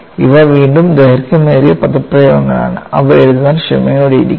ഇവ വീണ്ടും ദൈർഘ്യമേറിയ പദപ്രയോഗങ്ങളാണ് അവ എഴുതാൻ ക്ഷമയോടെയിരിക്കുക